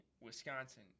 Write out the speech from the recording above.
Wisconsin